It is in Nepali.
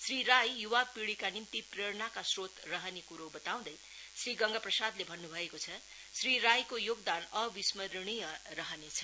श्री राई युवा पिढीका निम्ति प्रेरणाका स्रोत रहने कुरो बताँउदै श्री गंगाप्रसादले भन्नु भएको छ श्री राईको योगदान अविष्मरणीय रहनेछ